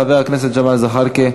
חבר הכנסת ג'מאל זחאלקה,